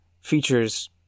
features